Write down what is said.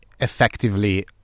effectively